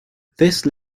this